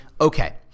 okay